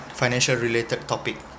financial related topic